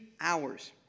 hours